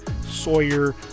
Sawyer